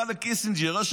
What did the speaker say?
לקיסינג'ר?